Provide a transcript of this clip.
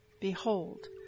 Behold